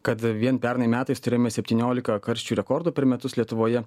kad vien pernai metais turėjome septyniolika karščių rekordų per metus lietuvoje